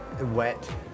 wet